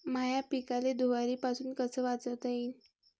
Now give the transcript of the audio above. माह्या पिकाले धुयारीपासुन कस वाचवता येईन?